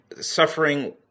suffering